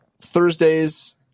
Thursdays